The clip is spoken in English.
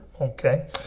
Okay